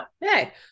hey